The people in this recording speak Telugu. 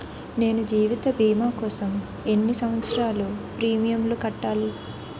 నేను జీవిత భీమా కోసం ఎన్ని సంవత్సారాలు ప్రీమియంలు కట్టాలి?